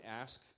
ask